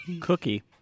cookie